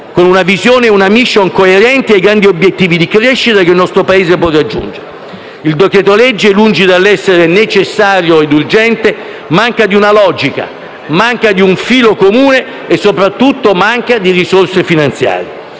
con una visione e una *mission* coerente con gli obiettivi di crescita che il nostro Paese può raggiungere. Il decreto-legge, lungi dall'essere necessario e urgente, manca di una logica, di un filo comune e, soprattutto, di risorse finanziarie.